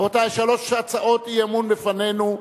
רבותי, שלוש הצעות אי-אמון לפנינו,